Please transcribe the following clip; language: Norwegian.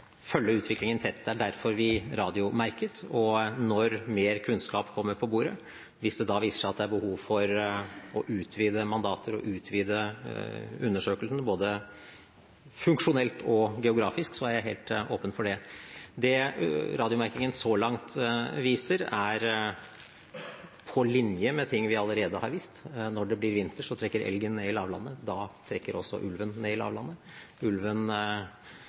følge utviklingen tett. Det er derfor vi radiomerket. Når mer kunnskap kommer på bordet og det da viser seg at det er behov for å utvide mandatet og utvide undersøkelsen, både funksjonelt og geografisk, er jeg helt åpen for det. Det radiomerkingen så langt viser, er på linje med ting vi allerede har visst. Når det blir vinter, trekker elgen ned i lavlandet, og da trekker også ulven ned i lavlandet. Ulven